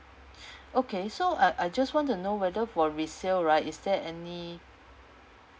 okay so I I just want to know whether for resale right is there any